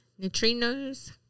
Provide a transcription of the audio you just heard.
Neutrinos